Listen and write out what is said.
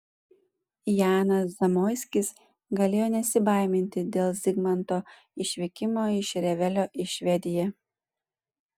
janas zamoiskis galėjo nesibaiminti dėl zigmanto išvykimo iš revelio į švediją